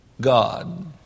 God